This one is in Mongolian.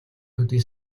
төдий